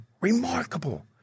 Remarkable